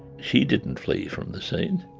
she didn't flee from the scene.